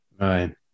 Right